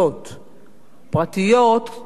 פרטיות נשארו, כמו פעם,